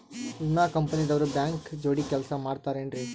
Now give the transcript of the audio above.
ವಿಮಾ ಕಂಪನಿ ದವ್ರು ಬ್ಯಾಂಕ ಜೋಡಿ ಕೆಲ್ಸ ಮಾಡತಾರೆನ್ರಿ?